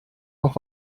noch